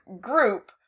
group